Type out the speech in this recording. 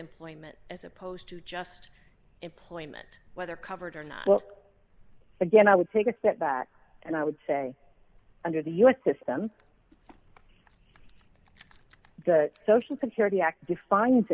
employment as opposed to just employment whether covered or not but again i would take a step back and i would say under the u s system the social security act define